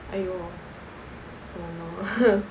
!aiyo! oh no